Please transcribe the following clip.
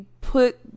put